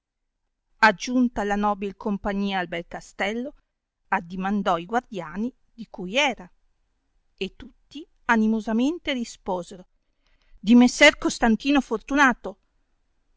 aggiunta la nobil compagnia al bel castello addimandò i guardiani di cui era e tutti animosamente risposero di riesser costantino fortunato